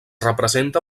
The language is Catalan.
representa